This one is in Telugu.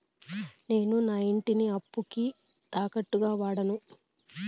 నేను నా ఇంటిని అప్పుకి తాకట్టుగా వాడాను